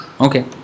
Okay